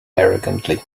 arrogantly